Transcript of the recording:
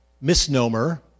misnomer